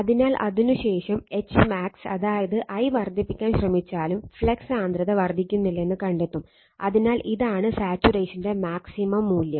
അതിനാൽ അതിനുശേഷം Hmax അതായത് I വർദ്ധിപ്പിക്കാൻ ശ്രമിച്ചാലും ഫ്ലക്സ് സാന്ദ്രത വർദ്ധിക്കുന്നില്ലെന്ന് കണ്ടെത്തും അതിനാൽ ഇതാണ് സാച്ചുറേഷൻറെ മാക്സിമം മൂല്യം